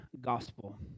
gospel